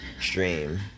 stream